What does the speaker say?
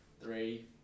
three